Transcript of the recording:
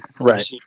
right